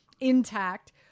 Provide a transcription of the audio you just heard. Intact